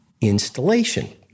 installation